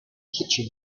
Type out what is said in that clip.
kitchen